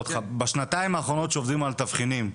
בשנתיים האחרונות שעובדים על תבחינים,